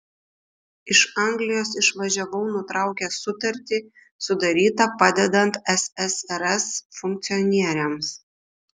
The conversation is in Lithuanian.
iš anglijos išvažiavau nutraukęs sutartį sudarytą padedant ssrs funkcionieriams